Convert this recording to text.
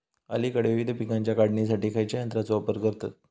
अलीकडे विविध पीकांच्या काढणीसाठी खयाच्या यंत्राचो वापर करतत?